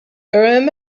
urim